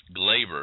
Glaber